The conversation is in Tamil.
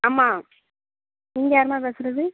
ஆமாம் நீங்கள் யாரும்மா பேசுகிறது